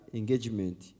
engagement